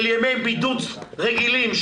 של ימי בידוד רגילים,